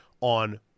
on